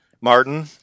Martin